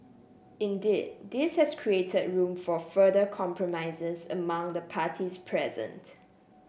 indeed this has created room for further compromises among the parties present